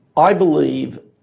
i believe,